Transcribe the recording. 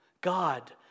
God